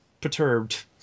perturbed